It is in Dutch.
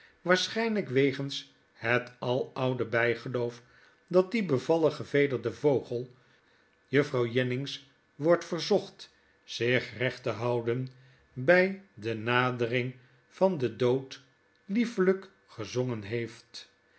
waarschyniyk wegens het aloude bggeloof dat die bevallig gevederde vogel juffrouw jennings wordt verzocht zich recht te houden by de nadering van den dood liefelyk gezongen heeft